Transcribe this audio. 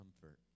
comfort